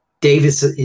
Davis